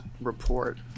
report